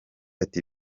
ati